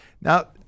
Now